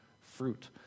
fruit